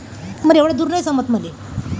भारी जमिनीत पराटीचं कोनचं वान लावाव?